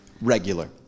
regular